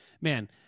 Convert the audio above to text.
man